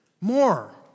more